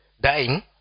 dying